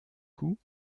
coup